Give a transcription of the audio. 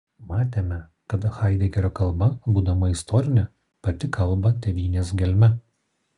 matėme kad haidegerio kalba būdama istorinė pati kalba tėvynės gelme